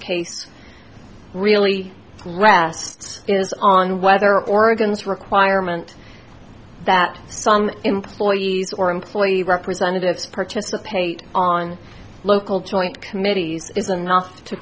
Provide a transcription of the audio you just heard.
space really rests is on whether oregon's requirement that some employees or employee representatives participate on local joint committee is enough to